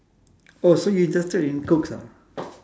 oh so you interested in cooks ah